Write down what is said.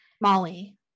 Molly